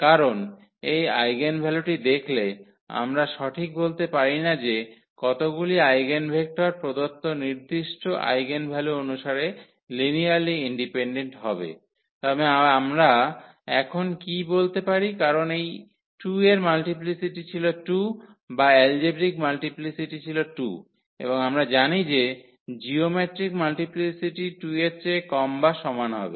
কারণ এই আইগেনভ্যালুটি দেখলে আমরা ঠিক বলতে পারি না যে কতগুলি আইগেনভেক্টর প্রদত্ত নির্দিষ্ট আইগেনভ্যালু অনুসারে লিনিয়ারলি ইন্ডিপেনডেন্ট হবে তবে আমরা এখন কী বলতে পারি কারণ এই 2 এর মাল্টিপ্লিসিটি ছিল 2 বা এলজেব্রিক মাল্টিপ্লিসিটি ছিল 2 এবং আমরা জানি যে জিওমেট্রিক মাল্টিপ্লিসিটি 2 এর চেয়ে কম বা সমান হবে